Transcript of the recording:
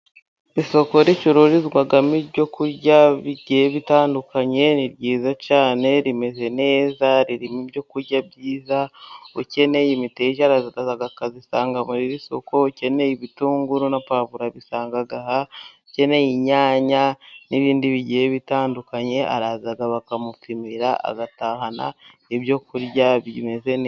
Isoko ricururizwamo ibyo kurya bigiye bitandukanye. Ni ryiza cyane, rimeze neza, ririmo ibyo kurya byiza. Ukeneye imiteja araza akayisanga muri iri isoko, ukeneye ibitunguru na pwavuro, abisanga aha, ukeneye inyanya n'ibindi bigiye bitandukanye araza bakamupimira agatahana ibyo kurya bimeze neza.